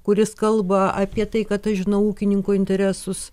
kuris kalba apie tai kad aš žinau ūkininkų interesus